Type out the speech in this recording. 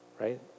right